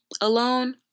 alone